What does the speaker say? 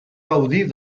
gaudir